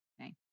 Okay